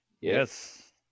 Yes